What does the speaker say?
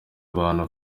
n’abana